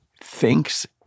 thinks